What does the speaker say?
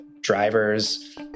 drivers